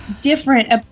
different